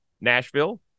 Nashville